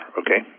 okay